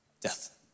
Death